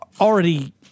already